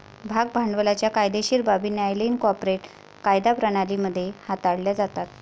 भाग भांडवलाच्या कायदेशीर बाबी न्यायालयीन कॉर्पोरेट कायदा प्रणाली मध्ये हाताळल्या जातात